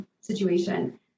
situation